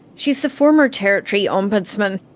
she's the former territory ombudsman.